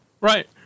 Right